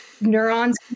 neurons